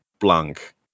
Blank